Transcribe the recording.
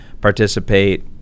participate